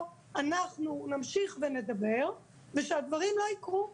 אנחנו נמשיך ונדבר ושהדברים לא יקרו.